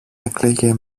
έκλαιγε